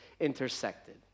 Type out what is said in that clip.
intersected